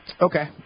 Okay